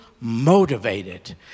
motivated